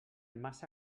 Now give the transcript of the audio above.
massa